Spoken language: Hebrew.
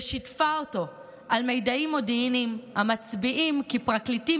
ושיתפה אותו במידעים מודיעיניים המצביעים כי פרקליטים